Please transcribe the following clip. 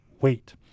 Wait